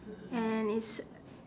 and it's